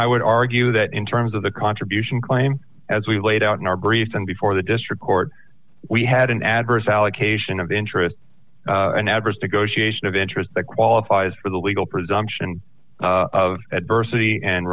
i would argue that in terms of the contribution claim as we laid out in our briefs and before the district court we had an adverse allocation of interest and adverse to goshi ation of interest that qualifies for the legal presumption of adversity and